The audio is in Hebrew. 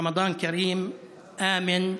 רמדאן כרים (אומר בערבית: